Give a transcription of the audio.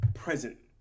present